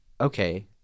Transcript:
Okay